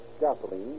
gasoline